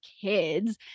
kids